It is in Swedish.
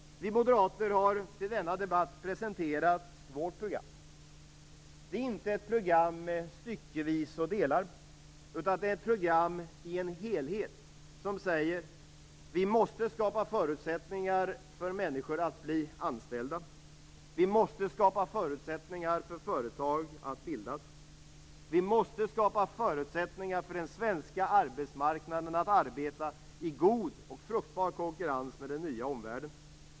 Vi moderater har i denna debatt presenterat vårt program. Det är inte ett program styckevis och delt, utan det är ett program i en helhet som säger: Vi måste skapa förutsättningar för människor att bli anställda. Vi måste skapa förutsättningar för företag att bildas. Vi måste skapa förutsättningar för den svenska arbetsmarknaden att arbeta i god och fruktbar konkurrens med den nya omvärlden.